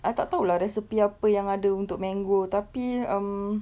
I tak tahu lah recipe apa yang ada untuk mango tapi um